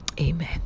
amen